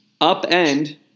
upend